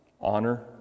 honor